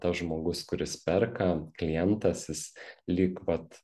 tas žmogus kuris perka klientas jis lyg vat